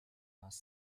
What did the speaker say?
nas